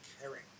caring